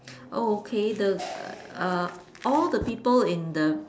oh okay the err all the people in the